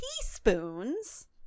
teaspoons